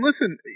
listen